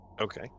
Okay